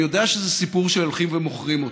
אני יודע שזה סיפור שהולכים ומוכרים אותו.